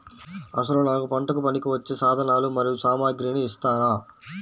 అసలు నాకు పంటకు పనికివచ్చే సాధనాలు మరియు సామగ్రిని ఇస్తారా?